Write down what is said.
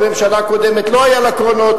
וממשלה קודמת לא היו לה קרונות,